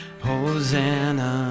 Hosanna